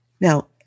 Now